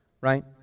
Right